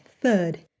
Third